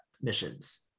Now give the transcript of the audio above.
missions